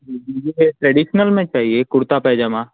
مجھے ٹریڈیشنل میں چاہیے کرتا پائجامہ